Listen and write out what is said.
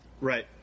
Right